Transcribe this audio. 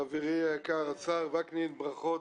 חברי היקר השר וקנין, ברכות,